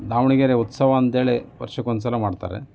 ದಾವಣಗೆರೆ ಉತ್ಸವ ಅಂಥೇಳಿ ವರ್ಷಕ್ಕೊಂದ್ಸಲ ಮಾಡ್ತಾರೆ